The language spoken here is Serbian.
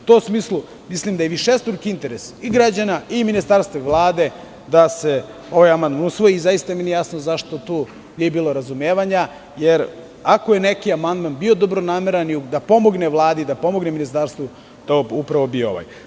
U tom smislu mislim da je višestruki interes i građana i ministarstva i Vlade da se ovaj amandman usvoji i zaista mi nije jasno zašto tu nije bilo razumevanja jer ako neki amandman bio dobronameran da pomogne Vladi i ministarstvu to je bio ovaj.